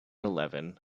eleven